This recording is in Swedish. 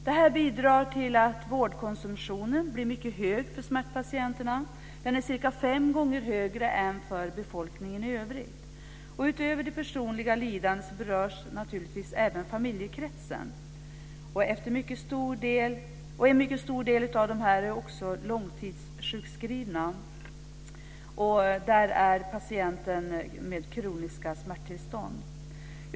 Det här bidrar till att vårdkonsumtionen blir mycket hög för smärtpatienterna. Den är cirka fem gånger högre än för befolkningen i övrigt. Utöver det personliga lidandet berörs naturligtvis även familjekretsen. En mycket stor del av de människor som lider av kroniska smärttillstånd är också långtidssjukskrivna.